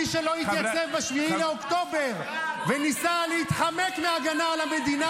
מי שלא התייצב ב-8 באוקטובר וניסה להתחמק מהגנה על המדינה,